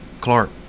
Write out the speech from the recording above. Clark